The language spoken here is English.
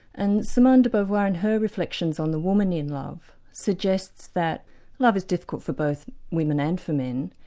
and simone de beauvoir in her reflections on the woman in love, suggests that love is difficult for both women and for men,